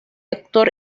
actor